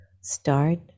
start